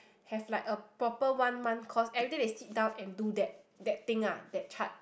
have like a proper one month cause everyday they sit down and do that that thing ah that chart